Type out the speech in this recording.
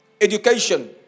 Education